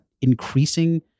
increasing